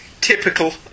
typical